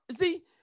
see